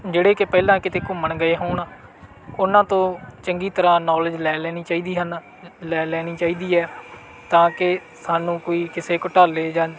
ਜਿਹੜੇ ਕਿ ਪਹਿਲਾਂ ਕਿਤੇ ਘੁੰਮਣ ਗਏ ਹੋਣ ਉਨ੍ਹਾਂ ਤੋਂ ਚੰਗੀ ਤਰ੍ਹਾਂ ਨੌਲੇਜ ਲੈ ਲੈਣੀ ਚਾਈਦੀ ਹਨ ਲੈ ਲੈਣੀ ਚਾਹੀਦੀ ਹੈ ਤਾਂ ਕੇ ਸਾਨੂੰ ਕੋਈ ਕਿਸੇ ਘੋਟਾਲੇ ਜਾਂ